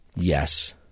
Yes